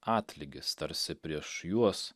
atlygis tarsi prieš juos